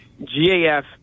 GAF